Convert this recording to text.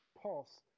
pulse